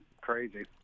Crazy